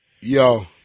Yo